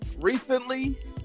Recently